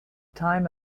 time